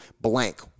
blank